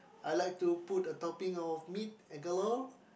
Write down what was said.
I like to put a topping of meat galore